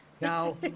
Now